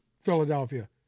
Philadelphia